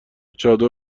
چادر